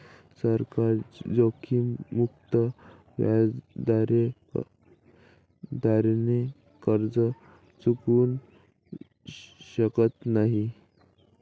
सरकार जोखीममुक्त व्याजदराने कर्ज चुकवू शकत नाही